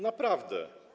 Naprawdę.